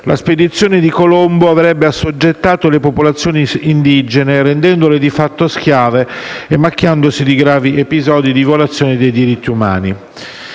la spedizione di Colombo avrebbe assoggettato le popolazioni indigene, rendendole di fatto schiave e macchiandosi di gravi episodi di violazione dei diritti umani.